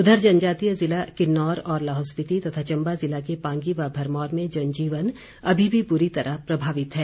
उधर जनजातीय ज़िला किन्नौर और लाहौल स्पीति तथा चम्बा ज़िला के पांगी व भरमौर में जनजीवन अभी भी बुरी तरह प्रभावित है